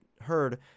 heard